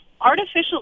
Artificial